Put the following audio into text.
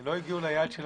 לא הגיעו ליעד של